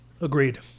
Agreed